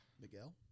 Miguel